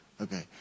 Okay